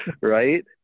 Right